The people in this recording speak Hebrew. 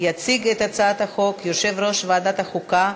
יציג את הצעת החוק יושב-ראש ועדת החוקה,